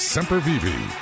Sempervivi